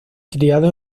criado